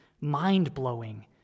mind-blowing